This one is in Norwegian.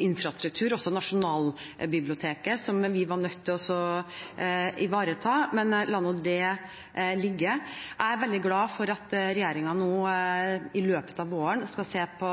infrastruktur, også Nasjonalbiblioteket, som vi var nødt til å ivareta. Men la nå det ligge. Jeg er veldig glad for at regjeringen nå i løpet av våren skal se på